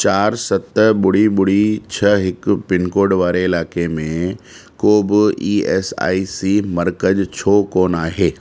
चारि सत ॿुड़ी ॿुड़ी छह हिकु पिनकोड वारे इलाइक़े में को बि ई एस आई सी मर्कज़ु छो कोन आहे